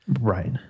Right